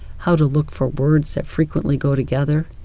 how to look for words that frequently go together,